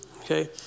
Okay